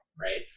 right